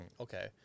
Okay